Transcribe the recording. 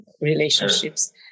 relationships